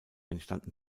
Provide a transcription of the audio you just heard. entstanden